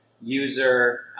user